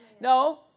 No